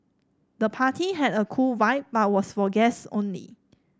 the party had a cool vibe but was for guest only